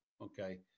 okay